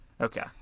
Okay